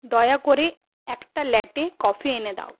দয়া করে একটা ল্যাটে কফি এনে দাও